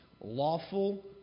lawful